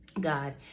God